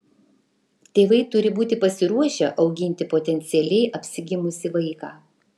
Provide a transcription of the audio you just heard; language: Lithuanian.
tėvai turi būti pasiruošę auginti potencialiai apsigimusį vaiką